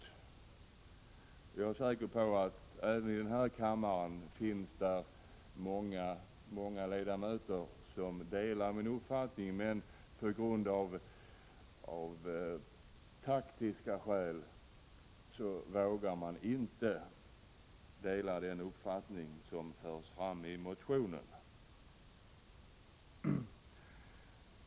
Jag är säker på att det även i denna kammare finns många ledamöter som delar min uppfattning men som av taktiska skäl inte vågar ta ställning för motionen.